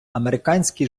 американський